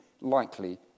likely